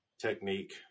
technique